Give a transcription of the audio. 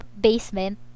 basement